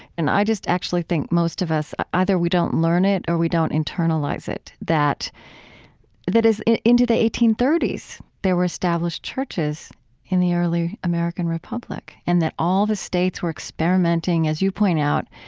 and i just actually think most of us, either we don't learn it, or we don't internalize it, that that is, into the eighteen thirty s there were established churches in the early american republic. and that all the states were experimenting, as you point out,